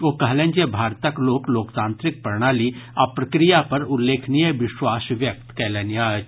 ओ कहलनि जे भारतक लोक लोकतांत्रिक प्रणाली आ प्रक्रिया पर उल्लेखनीय विश्वास व्यक्त कयलनि अछि